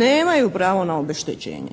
Nemaju pravo na obeštećenje.